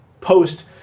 post